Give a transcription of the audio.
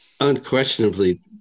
Unquestionably